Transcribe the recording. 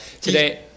Today